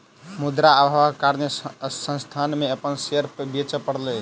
मुद्रा अभावक कारणेँ संस्थान के अपन शेयर बेच पड़लै